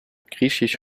griechisch